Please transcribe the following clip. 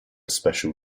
special